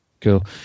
Cool